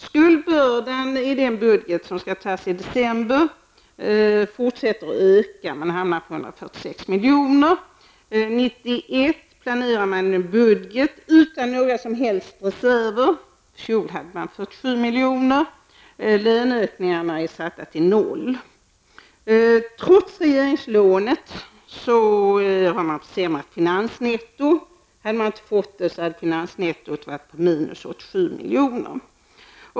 Skuldbördan exempelvis i den budget som skall antas i december fortsätter att öka. Man hamnar på För 1991 planeras en budget utan några som helst reserver. I fjol rörde det sig om 47 miljoner. Löneökningarna är fastställda till noll. Trots regeringslånet har finansnettot försämrats. Utan nämnda åtgärd skulle finansnettot ha varit minus 87 miljoner.